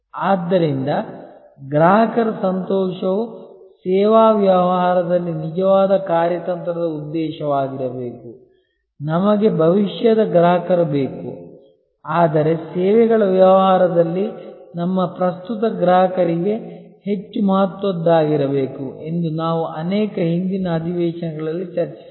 ಆದ್ದರಿಂದ ಗ್ರಾಹಕರ ಸಂತೋಷವು ಸೇವಾ ವ್ಯವಹಾರದಲ್ಲಿ ನಿಜವಾದ ಕಾರ್ಯತಂತ್ರದ ಉದ್ದೇಶವಾಗಿರಬೇಕು ನಮಗೆ ಭವಿಷ್ಯದ ಗ್ರಾಹಕರು ಬೇಕು ಆದರೆ ಸೇವೆಗಳ ವ್ಯವಹಾರದಲ್ಲಿ ನಮ್ಮ ಪ್ರಸ್ತುತ ಗ್ರಾಹಕರಿಗೆ ಹೆಚ್ಚು ಮಹತ್ವದ್ದಾಗಿರಬೇಕು ಎಂದು ನಾವು ಅನೇಕ ಹಿಂದಿನ ಅಧಿವೇಶನಗಳಲ್ಲಿ ಚರ್ಚಿಸಿದ್ದೇವೆ